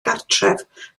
gartref